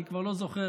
אני לא זוכר,